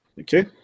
okay